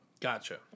Gotcha